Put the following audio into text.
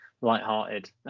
lighthearted